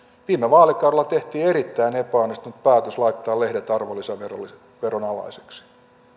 viime vaalikaudella tehtiin erittäin epäonnistunut päätös laittaa lehdet arvonlisäveron alaisiksi